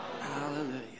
Hallelujah